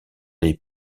les